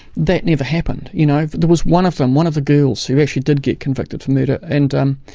that never happened. you know, there was one of them, one of the girls, who actually did get convicted for murder, and um